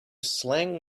slang